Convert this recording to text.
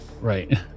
right